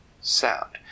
sound